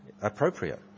appropriate